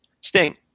Sting